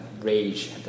rage